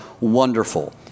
wonderful